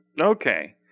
Okay